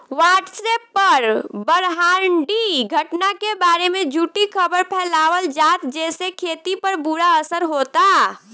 WhatsApp पर ब्रह्माण्डीय घटना के बारे में झूठी खबर फैलावल जाता जेसे खेती पर बुरा असर होता